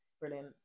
Brilliant